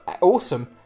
awesome